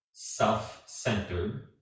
self-centered